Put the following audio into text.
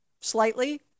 slightly